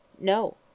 No